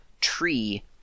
tree